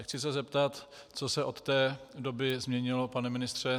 Chci se zeptat, co se o té doby změnilo, pane ministře.